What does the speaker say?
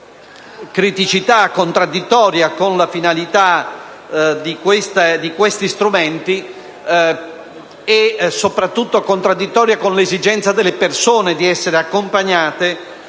criticità contraddittoria con la finalità di questi strumenti e soprattutto con l'esigenza delle persone di essere accompagnate